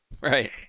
Right